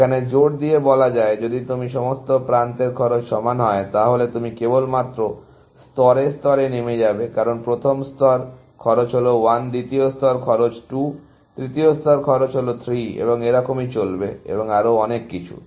এখানে জোর দিয়ে বলা যায় যদি সমস্ত প্রান্তের খরচ সমান হয় তাহলে তুমি কেবলমাত্র স্তরে স্তরে নেমে যাবে কারণ প্রথম স্তর খরচ হল 1 দ্বিতীয় স্তর খরচ 2 তৃতীয় স্তর খরচ হল 3 এবং এরকম চলবে এবং আরও অনেক কিছু